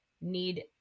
need